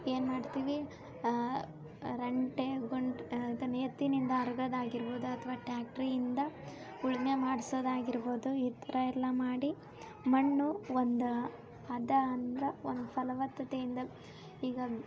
ಏನು ಮಾಡ್ತೀವಿ ರಂಟೆ ಗೊಂಟ್ ಅಂತ ಎತ್ತಿನಿಂದ ಹರ್ಗೋದಾಗಿರ್ಬೋದು ಅಥವಾ ಟ್ಯಾಕ್ಟ್ರಿಯಿಂದ ಉಳುಮೆ ಮಾಡಿಸೋದಾಗಿರ್ಬೋದು ಈ ಥರಯೆಲ್ಲ ಮಾಡಿ ಮಣ್ಣು ಒಂದು ಹದ ಅಂದ್ರೆ ಒಂದು ಫಲವತ್ತತೆಯಿಂದ ಈಗ